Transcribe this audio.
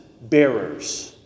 bearers